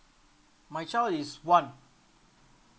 my child is one